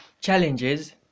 challenges